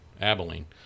abilene